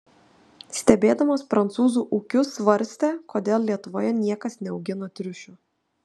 stebėdamas prancūzų ūkius svarstė kodėl lietuvoje niekas neaugina triušių